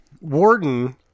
warden